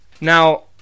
Now